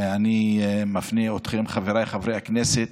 ואני מפנה אתכם, חבריי חברי הכנסת,